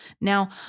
Now